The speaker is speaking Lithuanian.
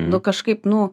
nu kažkaip nu